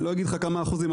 אני לא אגיד לך כמה אחוזים,